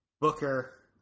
Booker